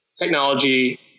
technology